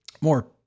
more